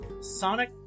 Sonic